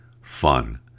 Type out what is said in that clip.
fun